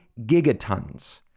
gigatons